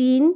तिन